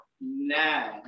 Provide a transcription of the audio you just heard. nine